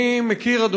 אני מכיר,